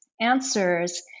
answers